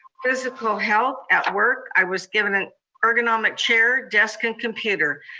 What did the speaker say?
physical health at work. i was given an ergonomic chair, desk, and computer.